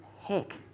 heck